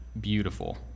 beautiful